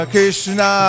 Krishna